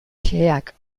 xeheak